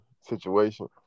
situation